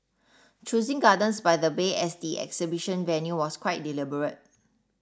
choosing gardens by the bay as the exhibition venue was quite deliberate